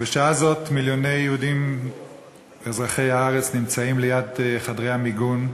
בשעה זו מיליוני יהודים אזרחי הארץ נמצאים ליד חדרי המיגון,